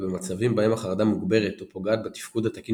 ובמצבים בהם החרדה מוגברת או פוגעת בתפקוד התקין